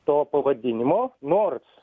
to pavadinimo nors